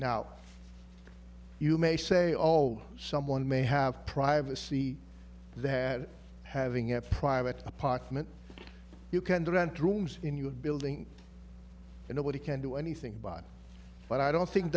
now you may say all someone may have privacy that having a private apartment you can rent rooms in your building and nobody can do anything about it but i don't think